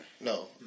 No